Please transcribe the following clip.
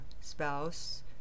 spouse